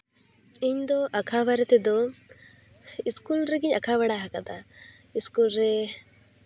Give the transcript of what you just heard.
ᱤᱧᱫᱚ ᱟᱸᱠᱟᱣ ᱵᱟᱨᱮ ᱛᱮᱫᱚ ᱤᱥᱠᱩᱞ ᱨᱮᱜᱮᱧ ᱟᱸᱠᱟ ᱵᱟᱲᱟᱣ ᱠᱟᱫᱟ ᱤᱥᱠᱩᱞ ᱨᱮ